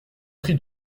prie